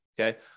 Okay